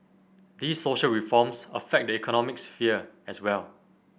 these social reforms affect the economic sphere as well